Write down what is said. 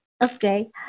Okay